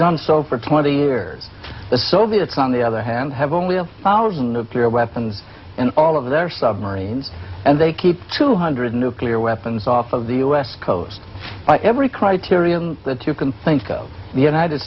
done so for twenty years the soviets on the other hand have only a thousand nuclear weapons and all of their submarines and they keep two hundred nuclear weapons off of the u s coast every criterion that you can think of the united